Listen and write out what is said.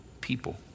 people